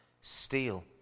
steal